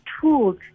tools